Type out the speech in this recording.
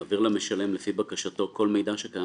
יעביר למשלם לפי בקשתו כל מידע שקיים